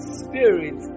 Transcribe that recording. spirit